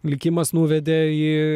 likimas nuvedė į